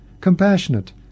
compassionate